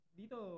dito